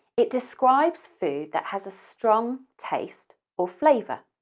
it describes food that has a strong taste or flavour.